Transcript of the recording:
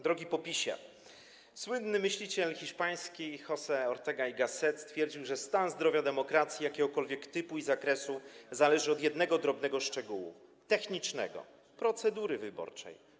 Drogi PO-PiS-ie, słynny myśliciel hiszpański José Ortega y Gasset stwierdził, że stan zdrowia demokracji jakiegokolwiek typu i zakresu zależy od jednego drobnego szczegółu technicznego - procedury wyborczej.